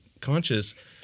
Conscious